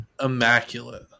immaculate